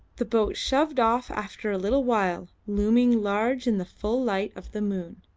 the boat shoved off after a little while, looming large in the full light of the moon,